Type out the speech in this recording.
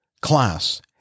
class